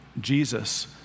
Jesus